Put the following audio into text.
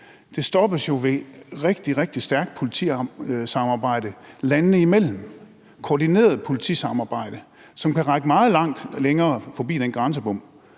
Det stoppes jo ved rigtig, rigtig stærkt politisamarbejde landene imellem – koordineret politisamarbejde, som kan række meget langt forbi den grænsebom.